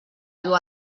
viu